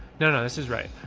no, no, this is right.